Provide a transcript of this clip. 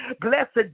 blessed